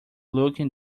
looking